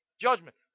judgment